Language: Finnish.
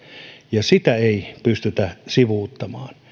ja sitä ei pystytä sivuuttamaan